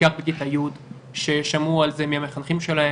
בעיקר בגילאי י' ששמעו על זה מהמחנכים שלהם,